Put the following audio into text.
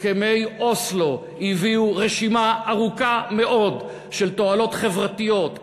הסכמי אוסלו הביאו רשימה ארוכה מאוד של תועלות חברתיות,